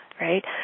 Right